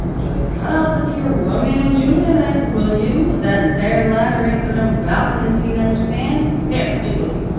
just cut out this here romeo and juliet act, will you! that there ladder ain't for no balcony scene, understand. here you, louie,